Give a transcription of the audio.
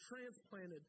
Transplanted